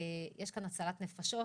יש כאן הצלת נפשות,